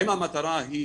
האם המטרה היא